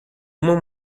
uma